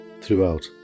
throughout